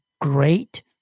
great